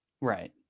right